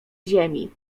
ziemi